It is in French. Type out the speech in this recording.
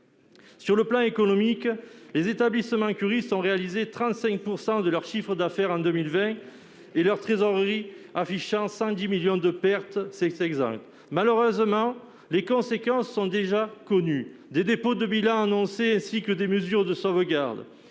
Sur le plan économique, les établissements curistes ont réalisé 35 % de leur chiffre d'affaires en 2020, et leur trésorerie, qui affiche 110 millions d'euros de pertes, est exsangue. Malheureusement, les conséquences sont d'ores et déjà connues : des dépôts de bilan, ainsi que des mesures de sauvegarde